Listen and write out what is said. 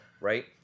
Right